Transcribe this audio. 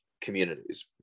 communities